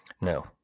No